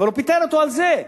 אבל הוא פיטר אותו על זה.